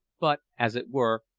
but, as it were,